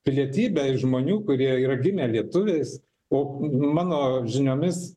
pilietybę iš žmonių kurie yra gimę lietuviais o mano žiniomis